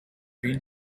been